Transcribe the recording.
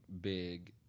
big